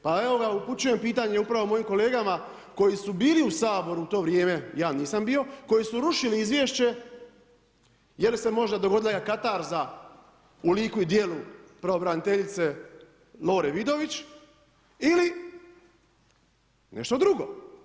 Pa evo upućujem pitanje upravo mojim kolegama koji su bili u Saboru u to vrijeme, ja nisam bio, koji su rušili izvješće jel se možda dogodila jedna katarza u liku i djelu pravobraniteljice Lore Vidović ili nešto drugo?